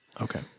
Okay